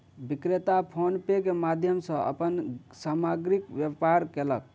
विक्रेता PhonePe के माध्यम सॅ अपन सामग्रीक व्यापार कयलक